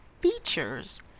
features